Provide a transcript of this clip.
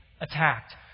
attacked